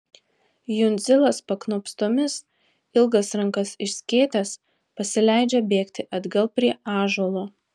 jundzilas paknopstomis ilgas rankas išskėtęs pasileidžia bėgti atgal prie ąžuolo